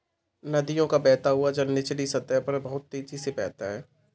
नदियों का बहता हुआ जल निचली सतह पर बहुत तेजी से बहता है